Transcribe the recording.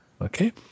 Okay